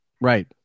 Right